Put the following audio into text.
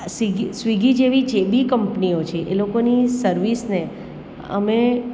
Swiggy Swiggy જેવી જે બી કંપનીઓ છે એ લોકોની સર્વિસને અમે